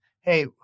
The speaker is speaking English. hey